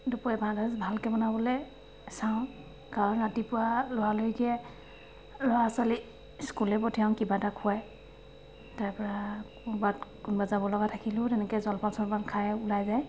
দুপৰীয়া ভাতসাজ ভালকৈ বনাবলৈ চাওঁ কাৰণ ৰাতিপুৱা লৰালৰিকৈ ল'ৰা ছোৱালীক স্কুললৈ পঠিয়াও কিবা এটা খোৱাই তাৰপৰা কৰ'বাত কোনোবা যাবলগা থাকিলেও তেনেকৈ জলপান চলপান খায়ে ওলাই যায়